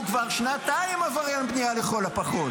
הוא כבר שנתיים עבריין בנייה לכל הפחות.